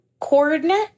coordinate